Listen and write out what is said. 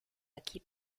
aquí